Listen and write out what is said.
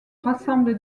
rassemble